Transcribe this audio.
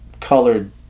colored